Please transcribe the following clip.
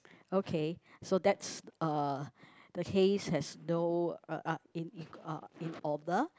okay so that's uh the hays has no uh uh in uh in order